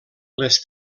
les